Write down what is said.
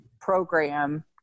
program